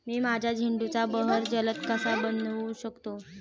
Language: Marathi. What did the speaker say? मी माझ्या झेंडूचा बहर जलद कसा बनवू शकतो?